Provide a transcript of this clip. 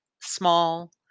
Small